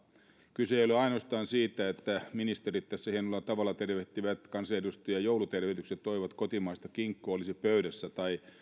kyse ei ole ainoastaan siitä että ministerit tässä hienolla tavalla tervehtivät kansanedustajia joulutervehdyksissä ja toivovat että kotimaista kinkkua olisi pöydässä